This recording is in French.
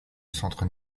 centre